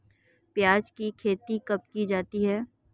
प्याज़ की खेती कब की जाती है?